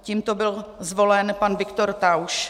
Tímto byl zvolen pan Viktor Tauš.